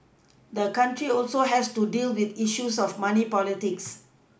the country also has to deal with the issue of money politics